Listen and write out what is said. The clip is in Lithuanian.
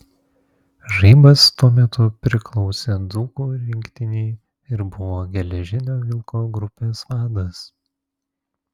žaibas tuo metu priklausė dzūkų rinktinei ir buvo geležinio vilko grupės vadas